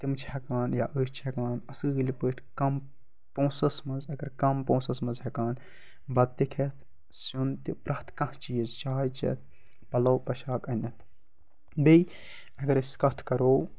تِم چھِ ہٮ۪کان یا أسۍ چھِ ہٮ۪کان اَصۭلۍ پٲٹھۍ کَم پونٛسَس منٛز اگر کَم پونٛسَس منٛز ہٮ۪کان بَتہٕ تہِ کھٮ۪تھ سیُن تہِ پرٛٮ۪تھ کانٛہہ چیٖز چاے چٮ۪تھ پَلَو پوٚشاک أنِتھ بیٚیہِ اگر أسۍ کَتھ کَرو